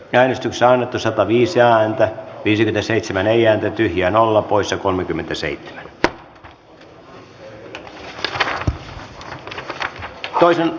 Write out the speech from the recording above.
ensin saanutta sataviisi ääntä viisi leseitsemän ei jäänyt tyhjänä ollut asian käsittely päättyi